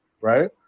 right